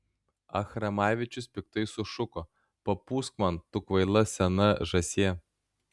achramavičius piktai sušuko papūsk man tu kvaila sena žąsie